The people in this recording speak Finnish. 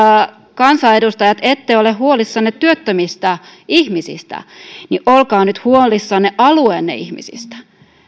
kansanedustajat ette ole huolissanne työttömistä ihmisistä niin olkaa nyt huolissanne alueenne ihmisistä